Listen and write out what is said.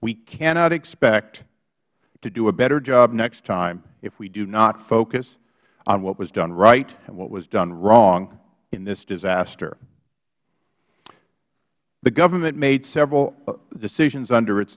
we cannot expect to do a better job next time if we do not focus on what was done right and what was done wrong in this disaster the government made several decisions under its